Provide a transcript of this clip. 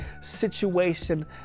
situation